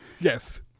Yes